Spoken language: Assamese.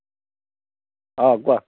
অঁ কোৱা